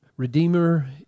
Redeemer